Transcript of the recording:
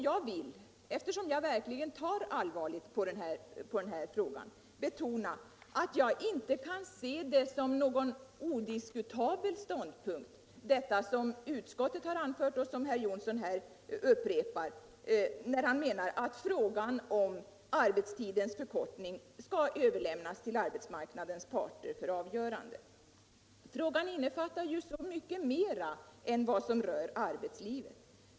Jag vill, eftersom jag verkligen tar allvarligt på den här frågan, betona att jag inte som någon odiskutabel ståndpunkt kan se detta som utskottet har framfört och som herr Johnsson här upprepar, när han menar att frågan om arbetstidens förkortning skall överlämnas till arbetsmarknadens parter för avgörande. Frågan innefattar ju så mycket mer än vad som rör arbetslivet.